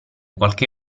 qualche